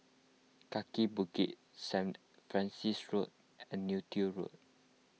Kaki Bukit St Francis Road and Neo Tiew Road